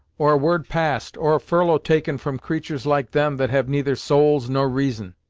or a word passed, or a furlough taken from creatur's like them, that have neither souls, nor reason!